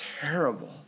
terrible